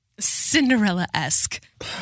Cinderella-esque